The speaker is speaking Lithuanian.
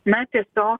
na tiesiog